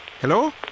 hello